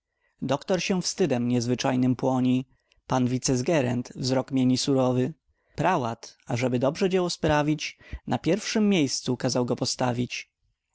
doktor się wstydem niezwyczajnym płoni pan wicesgerent wzrok mieni surowy prałat ażeby dobrze dzieło sprawić na pierwszem miejscu kazał go postawić